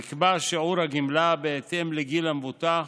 נקבע שיעור הגמלה בהתאם לגיל המבוטח